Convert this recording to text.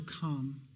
come